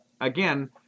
again